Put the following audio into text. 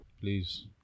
Please